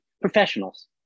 professionals